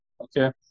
Okay